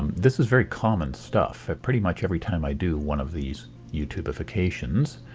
this is very common stuff pretty much every time i do one of these youtubifications.